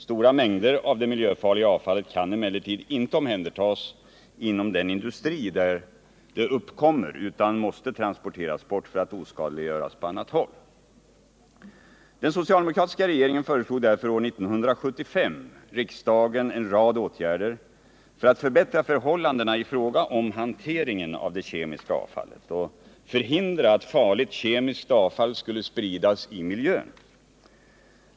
Stora mängder av det miljöfarliga avfallet kan emellertid inte omhändertas inom den industri där det uppkommer utan måste transporteras bort för att oskadliggöras på annat håll. Den socialdemokratiska regeringen föreslog därför år 1975 riksdagen en rad åtgärder för att förbättra förhållandena i fråga om hanteringen av det kemiska avfallet och förhindra att farligt kemiskt avfall skulle spridas i miljön.